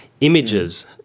images